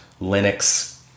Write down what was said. Linux